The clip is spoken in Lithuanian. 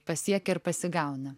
pasiekia ir pasigauna